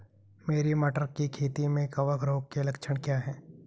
मेरी मटर की खेती में कवक रोग के लक्षण क्या हैं?